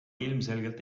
ilmselgelt